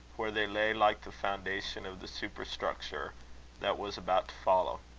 where they lay like the foundation of the superstructure that was about to follow.